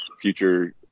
future